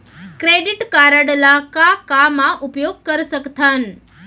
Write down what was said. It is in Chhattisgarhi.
क्रेडिट कारड ला का का मा उपयोग कर सकथन?